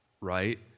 right